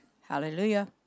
hallelujah